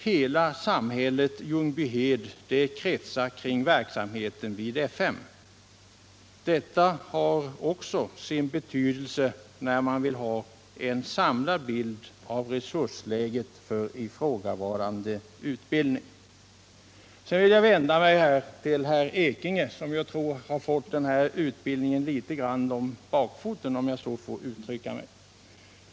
All verksamhet i Ljungbyhed kretsar kring F 5. Detta har också sin betydelse när man vill ha en samlad bild av resursläget för ifrågavarande utbildning. Sedan vill jag vända mig till herr Ekinge, som jag tror har fått den här utbildningen litet grand om bakfoten, om jag så får uttrycka mig.